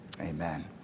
amen